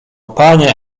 panie